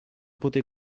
potè